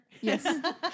Yes